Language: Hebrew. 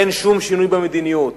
אין שום שינוי במדיניות.